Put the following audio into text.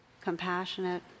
compassionate